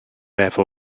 efo